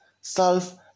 self